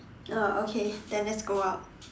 oh okay then let's go out